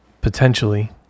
potentially